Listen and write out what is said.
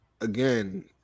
again